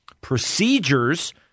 procedures